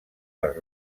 les